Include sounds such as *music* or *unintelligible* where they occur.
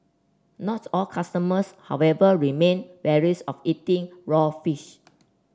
not all customers however remain wary *unintelligible* of eating raw fish